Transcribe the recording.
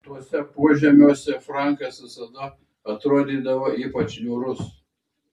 tuose požemiuose frankas visada atrodydavo ypač niūrus